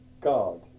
God